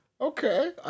Okay